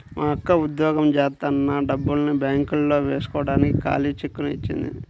మా అక్క ఉద్యోగం జేత్తన్న డబ్బుల్ని బ్యేంకులో వేస్కోడానికి ఖాళీ చెక్కుని ఇచ్చింది